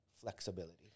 flexibility